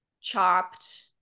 chopped